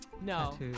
No